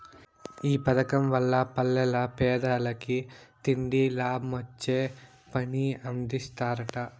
ఈ పదకం వల్ల పల్లెల్ల పేదలకి తిండి, లాభమొచ్చే పని అందిస్తరట